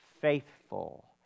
faithful